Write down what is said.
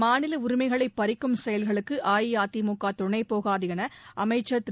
மாநில உரிமைகளை பறிக்கும் செயல்களுக்கு அஇஅதிமுக துணைபோகாது என அமைச்சர் திரு